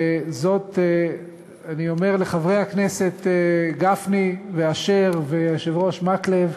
זאת אני אומר לחברי הכנסת גפני ואשר והיושב-ראש מקלב: